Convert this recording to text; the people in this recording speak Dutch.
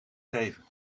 geven